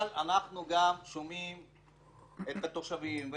אבל אנחנו גם שומעים את התושבים,